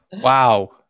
Wow